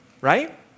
right